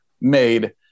made